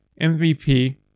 MVP